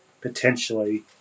potentially